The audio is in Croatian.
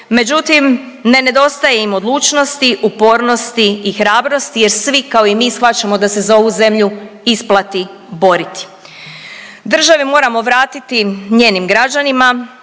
međutim ne nedostaje im odlučnosti, upornosti i hrabrosti jer svi kao i mi shvaćamo da se za ovu zemlju isplati boriti. Državu moramo vratiti njenim građanima,